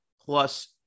plus